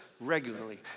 regularly